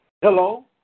Hello